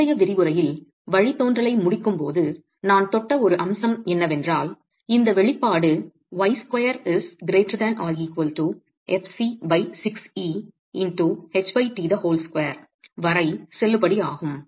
முந்தைய விரிவுரையில் வழித்தோன்றலை முடிக்கும்போது நான் தொட்ட ஒரு அம்சம் என்னவென்றால் இந்த வெளிப்பாடு வரை செல்லுபடியாகும்